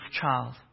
child